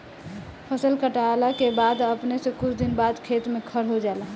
फसल काटला के बाद अपने से कुछ दिन बाद खेत में खर हो जाला